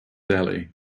delhi